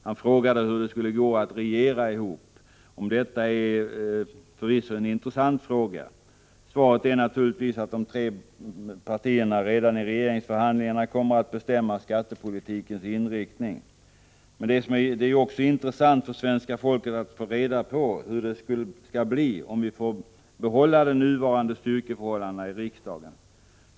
Han frågade hur det skulle gå för dem att regera ihop. Detta är förvisso en intressant fråga. Svaret är naturligtvis att de tre partierna redan i regeringsförhandlingarna kommer att bestämma skattepolitikens inriktning. Men det vore ju intressant för svenska folket att även få reda på hur det blir, om vi får behålla de nuvarande styrkeförhållandena i riksdagen.